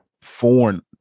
foreign